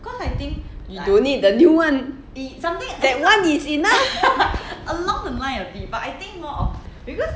you don't need the new [one] that one is enough